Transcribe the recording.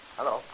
Hello